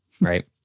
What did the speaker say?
right